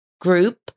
Group